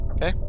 Okay